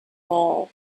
all